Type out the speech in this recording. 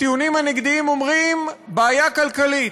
הטיעונים הנגדיים אומרים: בעיה כלכלית.